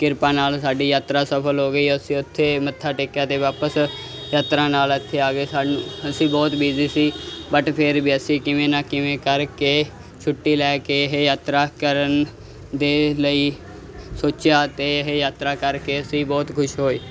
ਕਿਰਪਾ ਨਾਲ ਸਾਡੀ ਯਾਤਰਾ ਸਫ਼ਲ ਹੋ ਗਈ ਅਸੀਂ ਉੱਥੇ ਮੱਥਾ ਟੇਕਿਆ ਅਤੇ ਵਾਪਸ ਯਾਤਰਾ ਨਾਲ ਇੱਥੇ ਆ ਗਏ ਸਾਨੂੰ ਅਸੀਂ ਬਹੁਤ ਬਿਜ਼ੀ ਸੀ ਬਟ ਫਿਰ ਵੀ ਅਸੀਂ ਕਿਵੇਂ ਨਾ ਕਿਵੇਂ ਕਰਕੇ ਛੁੱਟੀ ਲੈ ਕੇ ਇਹ ਯਾਤਰਾ ਕਰਨ ਦੇ ਲਈ ਸੋਚਿਆ ਅਤੇ ਇਹ ਯਾਤਰਾ ਕਰਕੇ ਅਸੀਂ ਬਹੁਤ ਖੁਸ਼ ਹੋਏ